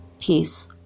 peace